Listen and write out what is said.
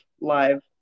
live